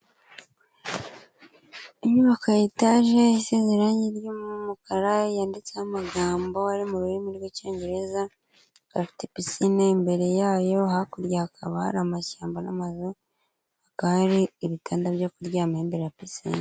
Inyubako ya etaje isize irange ry'umukara yanditseho amagambo ari mu rurimi rw'icyongereza, bafite pisine imbere yayo, hakurya hakaba hari amashyamba n'amazu hakaba hari ibitanda byo kuryamaho imbere ya pisine.